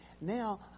Now